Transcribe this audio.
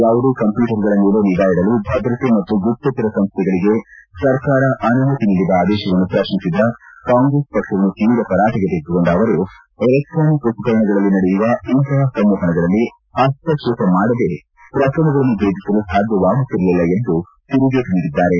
ಯಾವುದೇ ಕಂಪ್ಲೂಟರ್ಗಳ ಮೇಲೆ ನಿಗಾ ಇಡಲು ಭದ್ರತೆ ಮತ್ತು ಗುಪ್ತಚರ ಸಂಸ್ಥೆಗಳಿಗೆ ಸರ್ಕಾರ ಅನುಮತಿ ನೀಡಿದ ಆದೇಶವನ್ನು ಪ್ರಶ್ನಿಸಿದ ಕಾಂಗ್ರೆಸ್ ಪಕ್ಷವನ್ನು ತೀವ್ರ ತರಾಟಿಗೆ ತೆಗೆದುಕೊಂಡ ಅವರು ಎಲೆಕ್ಸಾನಿಕ್ ಉಪಕರಣಗಳಲ್ಲಿ ನಡೆಯುವ ಇಂತಹ ಸಂವಹನಗಳಲ್ಲಿ ಹಸ್ತಕ್ಷೇಪ ಮಾಡದೆ ಪ್ರಕರಣಗಳನ್ನು ಭೇದಿಸಲು ಸಾಧ್ಯವಾಗುತ್ತಿರಲಿಲ್ಲ ಎಂದು ತಿರುಗೇಟು ನೀಡಿದ್ದಾರೆ